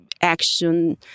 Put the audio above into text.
action